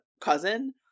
cousin